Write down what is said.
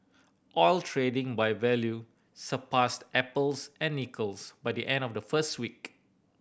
oil trading by value surpassed apples and nickels by the end of the first week